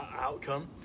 outcome